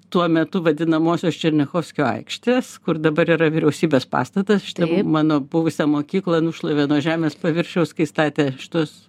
tuo metu vadinamosios černiachovskio aikštės kur dabar yra vyriausybės pastatas šitą mano buvusią mokyklą nušlavė nuo žemės paviršiaus kai statė šituos